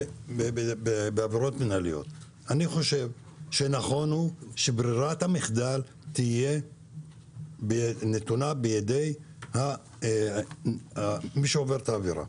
אני חושב שנכון שברירת המחדל תהיה נתונה בידי מי שעובר את העבירה.